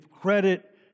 credit